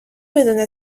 بدون